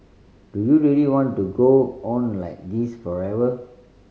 do you really want to go on like this forever